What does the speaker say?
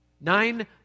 Nine